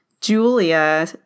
Julia